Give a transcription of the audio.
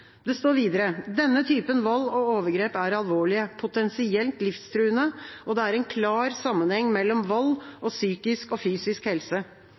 Det står videre at denne typen vold og overgrep er alvorlig, potensielt livstruende, og at det er en klar sammenheng mellom vold og psykisk og fysisk helse.